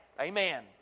Amen